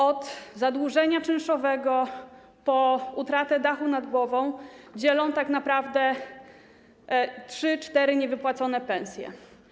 Od zadłużenia czynszowego po utratę dachu nad głową dzielą tak naprawdę trzy, cztery niewypłacone pensje.